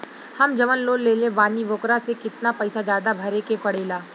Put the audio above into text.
हम जवन लोन लेले बानी वोकरा से कितना पैसा ज्यादा भरे के पड़ेला?